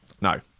No